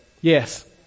Yes